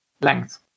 length